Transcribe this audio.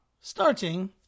starting